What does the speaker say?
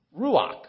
ruach